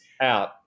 out